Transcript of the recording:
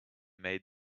made